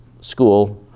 School